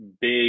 Big